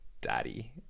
Daddy